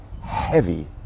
heavy